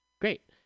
Great